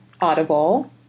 audible